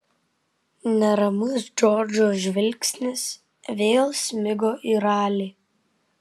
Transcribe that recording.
neramus džordžo žvilgsnis vėl smigo į ralį